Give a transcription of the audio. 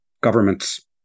governments